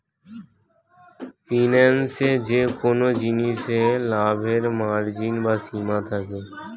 ফিন্যান্সে যেকোন জিনিসে লাভের মার্জিন বা সীমা থাকে